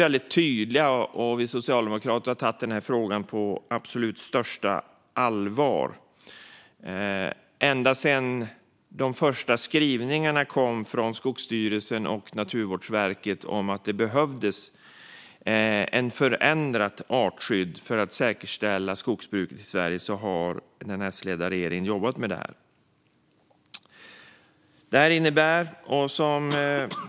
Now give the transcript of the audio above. Vi socialdemokrater är tydliga och har tagit frågan på absolut största allvar. Ända sedan de första skrivningarna från Skogsstyrelsen och Naturvårdsverket kom om att det behövdes ett förändrat artskydd för att säkerställa skogsbruket i Sverige har den S-ledda regeringen jobbat med det.